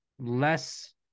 less